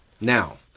Now